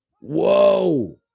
Whoa